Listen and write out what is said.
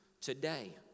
today